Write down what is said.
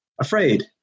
afraid